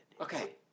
Okay